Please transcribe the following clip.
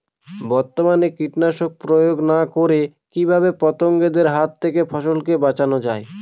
বর্তমানে কীটনাশক প্রয়োগ না করে কিভাবে পতঙ্গদের হাত থেকে ফসলকে বাঁচানো যায়?